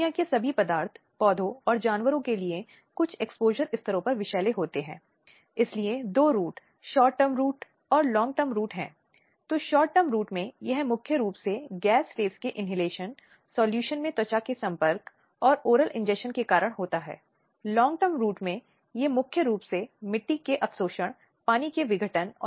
अब इसके अलावा एक नागरिक समाज के रूप में हम जो जानते हैं और वर्तमान समय में समाज में विभिन्न समूहों के सुधार को बढ़ावा देने में और समाज में महिलाओं के जीवन में और अधिक सुधार लाने में नागरिक समाज बहुत महत्वपूर्ण भूमिका निभाता है